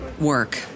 work